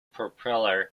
propeller